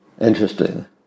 interesting